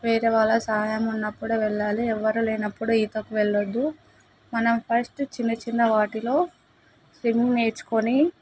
వేరే వాళ్ళ సహాయం ఉన్నప్పుడు వెళ్ళాలి ఎవ్వరు లేనప్పుడు ఈతకు వెళ్ళవదు మనం ఫస్ట్ చిన్న చిన్న వాటిలో స్విమ్మింగ్ నేర్చుకొని